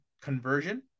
conversion